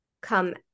come